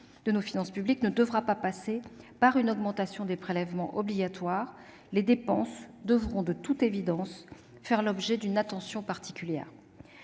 de nos finances publiques ne doit pas passer par une augmentation des prélèvements obligatoires, les dépenses devront, de toute évidence, faire l'objet d'une attention particulière.